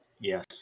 Yes